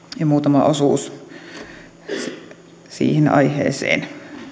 muutama osuus siihen aiheeseen